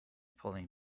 polling